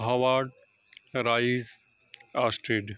howard rice ousted